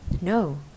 no